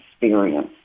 experience